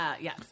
Yes